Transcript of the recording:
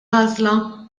għażla